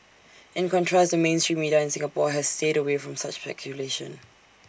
in contrast the mainstream media in Singapore has stayed away from such speculation